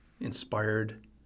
inspired